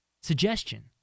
suggestion